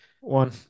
One